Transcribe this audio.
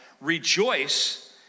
rejoice